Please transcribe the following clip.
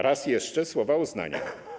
Raz jeszcze słowa uznania.